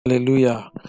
hallelujah